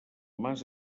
mas